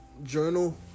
journal